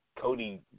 Cody